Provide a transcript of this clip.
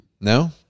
No